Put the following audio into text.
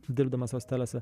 dirbdamas hosteliuose